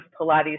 Pilates